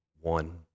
one